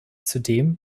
zudem